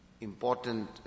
important